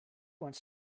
wants